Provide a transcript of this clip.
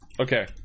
Okay